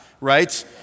right